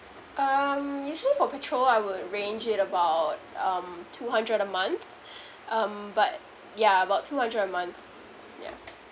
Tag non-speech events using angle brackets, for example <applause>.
um usually for petrol I will range it about um two hundred a month <breath> um but ya about two hundred a month yeah